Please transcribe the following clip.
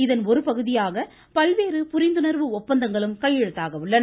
இதன் ஒருபகுதியாக பல்வேறு புரிந்துணர்வு ஒப்பந்தங்களும் கையெழுத்தாக உள்ளன